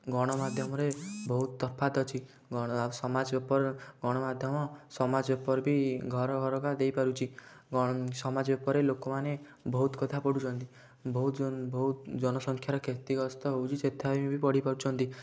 ଗଣମାଧ୍ୟମରେ ବହୁତ ତଫାତ ଅଛି ସମାଜ ପେପର ଗଣମାଧ୍ୟମ ସମାଜ ପେପର ବି ଘର ଘରକା ଦେଇ ପାରୁଛି ଗଣ ସମାଜ ପେପର ଲୋକମାନେ ବହୁତ କଥା ପଢ଼ୁଛନ୍ତି ବହୁତ ଜନ ବହୁତ ଜନସଂଖ୍ୟାର କ୍ଷତିଗ୍ରସ୍ତ ହଉଛି ସେଠାର ବି ପଢ଼ି ପାରୁଛନ୍ତି